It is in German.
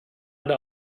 eine